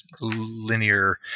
linear